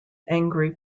angry